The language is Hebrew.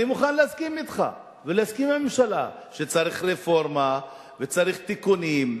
אני מוכן להסכים אתך ולהסכים עם הממשלה שצריך רפורמה וצריך תיקונים,